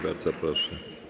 Bardzo proszę.